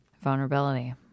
vulnerability